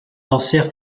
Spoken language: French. cancer